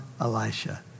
Elisha